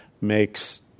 makes